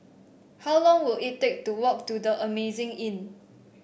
how long will it take to walk to The Amazing Inn